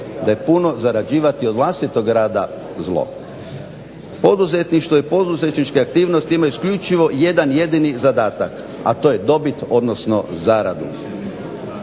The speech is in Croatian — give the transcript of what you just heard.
Da je puno zarađivati od vlastitog rada zlo. Poduzetništvo i poduzetničke aktivnosti imaju isključivo jedan jedini zadatak a to je dobit odnosno zarada.